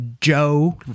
Joe